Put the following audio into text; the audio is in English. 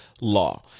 Law